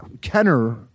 Kenner